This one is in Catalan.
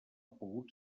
pogut